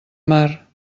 mar